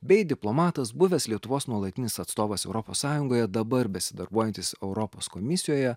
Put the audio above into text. bei diplomatas buvęs lietuvos nuolatinis atstovas europos sąjungoje dabar besidarbuojantis europos komisijoje